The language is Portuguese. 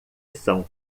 são